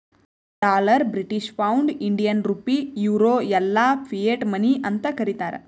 dollar, British pound, Indian rupee, euro ಎಲ್ಲಾ fiat money ಅಂತ್ ಕರೀತಾರ